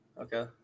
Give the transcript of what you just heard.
okay